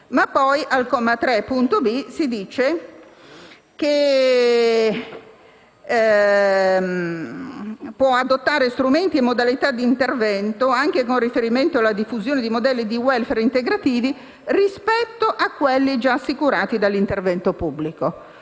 9.0.100 si dice che essa può adottare strumenti e modalità di investimento, anche con riferimento alla diffusione di modelli di *welfare* integrativi rispetto a quelli già assicurati dall'intervento pubblico.